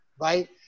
Right